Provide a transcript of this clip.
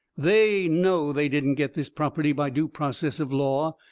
they know they didn't get this property by due process of law.